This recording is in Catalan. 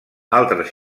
altres